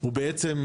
הוא בעצם,